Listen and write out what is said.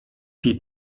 die